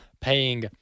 paying